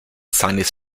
seines